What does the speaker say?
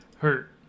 hurt